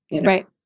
Right